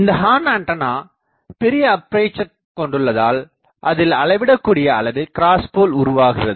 இந்த horn antenna பெரிய aperture கொண்டுள்ளதால் அதில் அளவிடக்கூடிய அளவில் கிராஸ்போல் உருவாகிறது